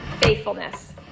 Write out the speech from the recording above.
faithfulness